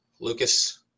Lucas